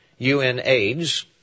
UNAIDS